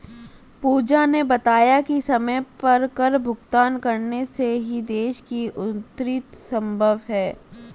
पूजा ने बताया कि समय पर कर भुगतान करने से ही देश की उन्नति संभव है